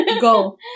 go